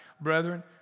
brethren